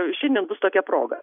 šiandien bus tokia proga